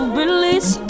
release